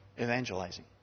evangelizing